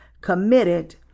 committed